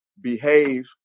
behave